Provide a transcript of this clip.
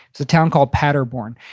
it's a town called paderborn.